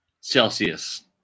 Celsius